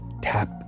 tap